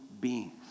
beings